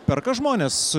perka žmonės